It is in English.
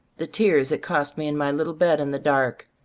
the tears it cost me in my little bed in the dark,